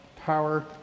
power